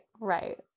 Right